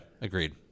Agreed